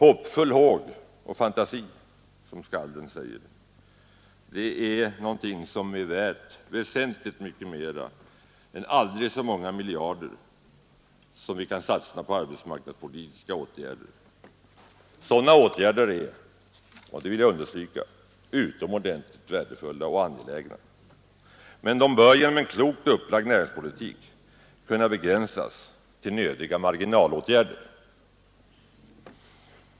Hoppfull håg och fantasi, som skalden säger, är någonting som är värt väsentligt mycket mera än aldrig så många miljarder till arbetsmarknadspolitiska åtgärder. Sådana åtgärder är — det vill jag understryka — utomordentligt värdefulla och angelägna, men de bör genom en klokt upplagd näringspolitik kunna begränsas till nödiga marginalåtgärder.